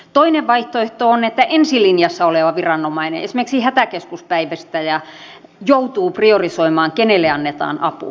toinen vaihtoehto on että ensilinjassa oleva viranomainen esimerkiksi hätäkeskuspäivystäjä joutuu priorisoimaan kenelle annetaan apua